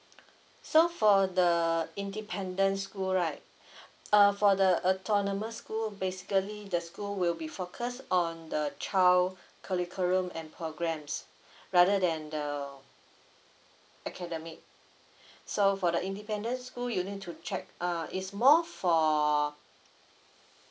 so for the independent school right uh for the a tournament school basically the school will be focused on the child curriculum and programs rather than the academic so for the independent school you need to check uh is more for